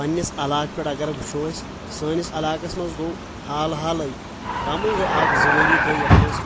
پننس علاقہٕ پٮ۪ٹھ اگر وٕچھو أسۍ سٲنس علاقعس منٛز گوٚو حال حالٕے کمٕے گٔے اکھ زٕ ؤری گٔے یتھ منٛز